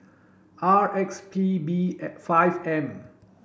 R X P B five M